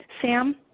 Sam